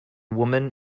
woman